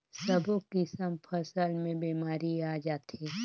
सब्बो किसम फसल मे बेमारी आ जाथे